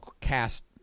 cast